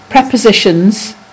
prepositions